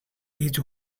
his